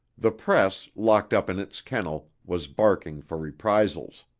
the press, locked up in its kennel, was barking for reprisals.